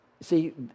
See